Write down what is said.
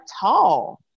tall